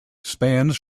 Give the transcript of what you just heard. spans